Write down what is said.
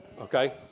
okay